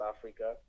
Africa